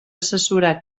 assessorar